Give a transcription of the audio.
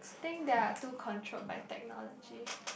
think they are too controlled by technology